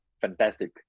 fantastic